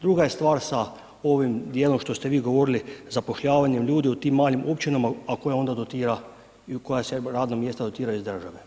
Druga je stvar sa ovim dijelom što ste vi govorili, zapošljavanjem ljudi u tim malim općinama, a koja onda dotiraju, koja se radna mjesta dotiraju iz države.